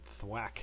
thwack